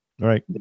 Right